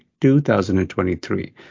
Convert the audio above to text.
2023